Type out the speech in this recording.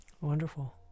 Wonderful